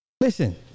listen